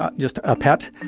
ah just a pet.